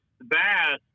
bass